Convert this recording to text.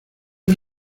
los